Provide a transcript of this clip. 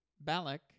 Balak